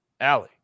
Allie